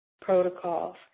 Protocols